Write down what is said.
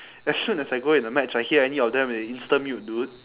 as soon as I go in the match I hear any of them they instant mute dude